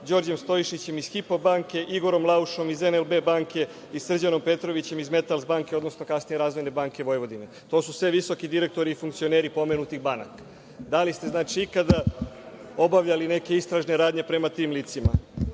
Đorđem Stojšićem iz „Hipo“ banke, Igorom Laušom iz NLB banke i Srđanom Petrovićem iz „Metals banke“ odnosno kasnije „Razvojne banke Vojvodine“? To su sve visoki direktori i funkcioneri pomenutih banaka. Da li ste ikada obavljali neke istražne radnje prema tim licima?